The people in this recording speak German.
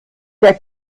der